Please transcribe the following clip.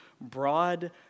broad